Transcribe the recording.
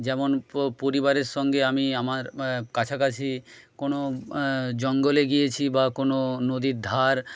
যেমন পরিবারের সঙ্গে আমি আমার কাছাকাছি কোনো জঙ্গলে গিয়েছি বা কোনো নদীর ধার